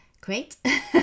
Great